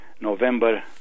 November